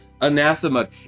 anathema